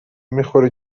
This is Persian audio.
میخورد